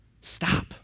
stop